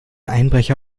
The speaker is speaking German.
einbrecher